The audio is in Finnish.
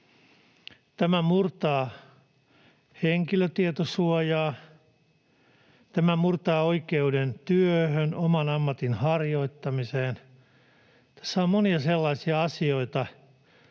Tämä murtaa henkilötietosuojaa, tämä murtaa oikeuden työhön, oman ammatin harjoittamiseen. Tässä on monia sellaisia asioita,